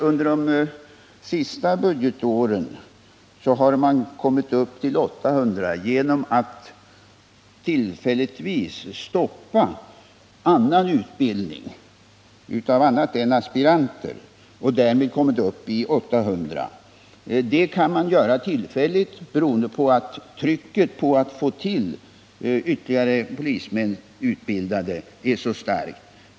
Under de senaste Ludgetåren har man kommit upp till 800 platser i utbildningen av aspiranter genom att tillfälligtvis stoppa annan utbildning. Det kan man göra tillfälligt, beroende på att trycket för att få ytterligare polismän utbildade är så starkt.